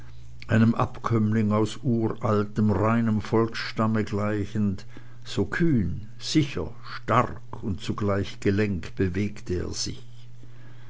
einem abkömmling aus uraltem reinem volksstamme gleichend so kühn sicher stark und zugleich gelenk bewegte er sich